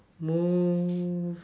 more